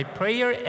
prayer